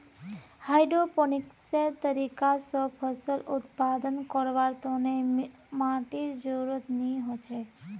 हाइड्रोपोनिक्सेर तरीका स फसल उत्पादन करवार तने माटीर जरुरत नी हछेक